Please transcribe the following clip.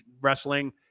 wrestling